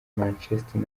manchester